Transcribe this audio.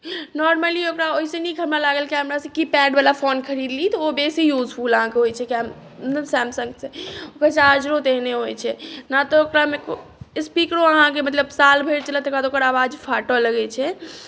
normally ओकरा ओहिसँ हमरा लागल कैमरा से की पैडवला फोन खरीद ली तऽ ओ बेसी यूजफुल अहाँके होइ छै कैम मतलब सैमसंगसँ ओकर चार्जरो तेहने होइ छै ने तऽ ओकरामे स्पीकरो अहाँके मतलब साल भरि चलत तकर बाद ओकर आवाज फाटऽ लगै छै